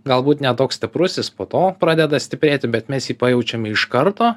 galbūt ne toks stiprus jis po to pradeda stiprėti bet mes jį pajaučiame iš karto